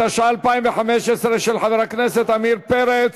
התשע"ה 2015, של חבר הכנסת עמיר פרץ,